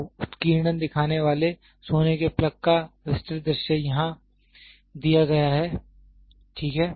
तो उत्कीर्णन दिखाने वाले सोने के प्लग का विस्तृत दृश्य यहां दिया गया है ठीक है